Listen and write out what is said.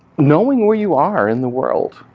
knowing where you are in the world.